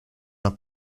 una